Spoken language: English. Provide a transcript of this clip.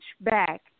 back